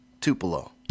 Tupelo